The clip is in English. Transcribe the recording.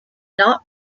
not